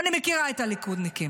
אני מכירה את הליכודניקים,